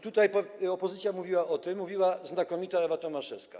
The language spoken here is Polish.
Tutaj opozycja mówiła o tym, mówiła o tym znakomita Ewa Tomaszewska.